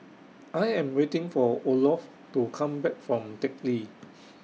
I Am waiting For Olof to Come Back from Teck Lee